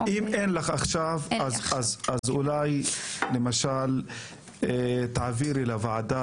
אם אין לך עכשיו אז אולי תעבירי לוועדה,